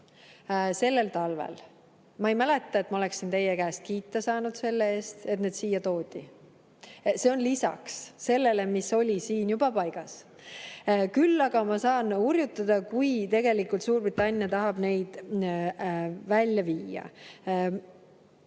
sellel talvel. Ma ei mäleta, et ma oleksin teie käest kiita saanud selle eest, et need siia toodi. See on lisaks sellele, mis oli siin juba paigas. Küll aga ma saan hurjutada, kui Suurbritannia tahab neid välja